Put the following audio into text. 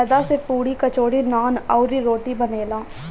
मैदा से पुड़ी, कचौड़ी, नान, अउरी, रोटी बनेला